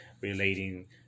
relating